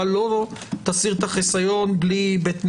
לא תסיר את החיסיון בלי בית משפט?